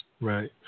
Right